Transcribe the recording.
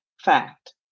fact